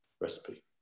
recipe